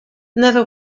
never